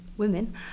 women